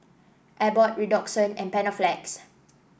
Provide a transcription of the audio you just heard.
Abbott Redoxon and Panaflex